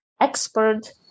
expert